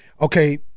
Okay